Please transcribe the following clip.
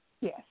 Yes